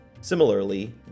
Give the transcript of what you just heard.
Similarly